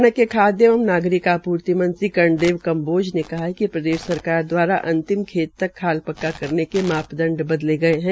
हरियाणा के खाद्य एवं नागरिक आपूर्ति मंत्री कर्णदेव कम्बोज ने कहा है कि प्रदेश सरकार दवारा अंतिम खेत तक खाल पक्का करने के मापदंड बदले गये है